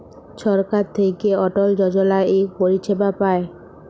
ছরকার থ্যাইকে অটল যজলা ইক পরিছেবা পায়